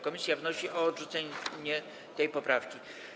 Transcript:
Komisja wnosi o odrzucenie tej poprawki.